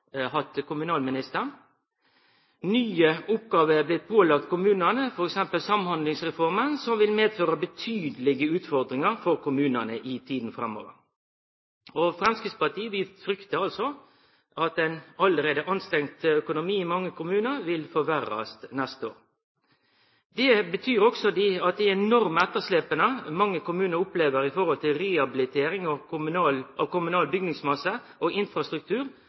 hatt kommunalministeren. Nye oppgåver er blitt pålagde kommunane, f.eks. Samhandlingsreforma, som vil medføre betydelege utfordringar for kommunane i tida framover. Framstegspartiet fryktar at ein allereie anstrengd økonomi i mange kommunar vil forverrast neste år. Det betyr også at dei enorme etterslepa mange kommunar opplever i forhold til rehabilitering av kommunal bygningsmasse og infrastruktur